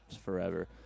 forever